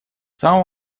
самого